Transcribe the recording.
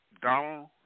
Donald